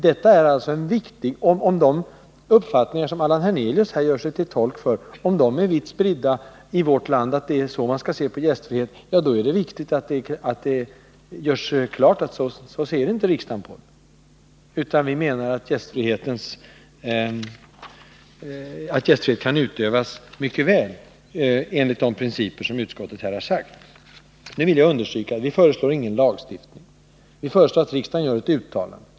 Ifall de uppfattningar om gästfrihet som herr Hernelius gör sig till tolk för är vanliga, är det viktigt att det görs klart, att riksdagen inte delar hans syn. Vi menar i stället att gästfriheten mycket väl kan utövas enligt de principer som utskottet uttalat. Men jag vill understryka att vi inte föreslår någon lagstiftning. Vi föreslår att riksdagen gör ett uttalande.